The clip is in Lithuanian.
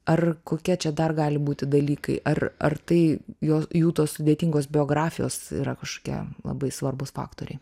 ar kokie čia dar gali būti dalykai ar ar tai jo jų tos sudėtingos biografijos yra kažkokia labai svarbus faktoriai